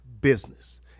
business